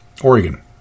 Oregon